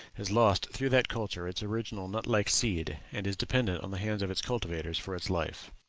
has lost through that culture its original nut-like seed, and is dependent on the hands of its cultivators for its life.